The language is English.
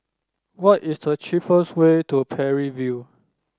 what is the cheapest way to Parry View